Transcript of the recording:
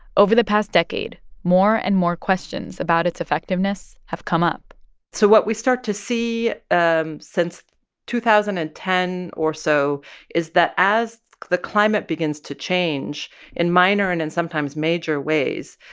over the past decade, more and more questions about its effectiveness have come up so what we start to see um since two thousand and ten or so is that as the climate begins to change in minor and in sometimes major ways,